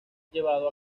llevado